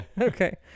Okay